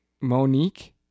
Monique